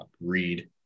read